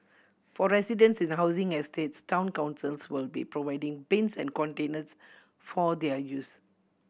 for residents in the housing estates town councils will be providing bins and containers for their use